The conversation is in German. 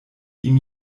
ihm